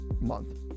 month